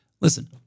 Listen